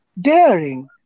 daring